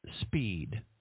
speed